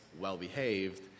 well-behaved